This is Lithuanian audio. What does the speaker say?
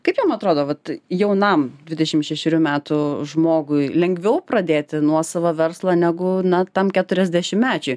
kai jum atrodo vat jaunam dvidešim šešerių metų žmogui lengviau pradėti nuosavą verslą negu na tam keturiasdešimtmečiui